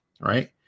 Right